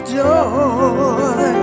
joy